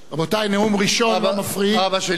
אבא שלי,